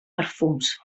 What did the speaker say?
perfums